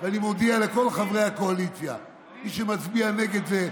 ואני מודיע לכל חברי הקואליציה: מי שמצביע נגד זה,